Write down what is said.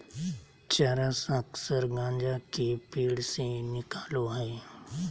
चरस अक्सर गाँजा के पेड़ से निकलो हइ